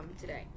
today